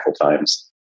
times